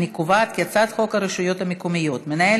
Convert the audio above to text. אני קובעת כי הצעת חוק הרשויות המקומיות (מנהל